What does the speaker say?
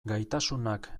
gaitasunak